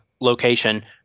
location